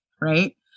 right